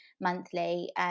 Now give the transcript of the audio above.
monthly